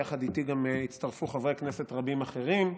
ואליי הצטרפו חברי כנסת רבים אחרים,